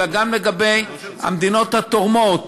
אלא גם לגבי המדינות התורמות